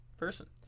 person